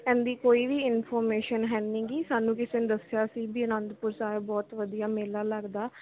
ਇਹਦੀ ਕੋਈ ਵੀ ਇਨਫੋਰਮੇਸ਼ਨ ਹੈ ਨੀਗੀ ਸਾਨੂੰ ਕਿਸੇ ਨੇ ਦੱਸਿਆ ਸੀ ਵੀ ਅਨੰਦਪੁਰ ਸਾਹਿਬ ਬਹੁਤ ਵਧੀਆ ਮੇਲਾ ਲੱਗਦਾ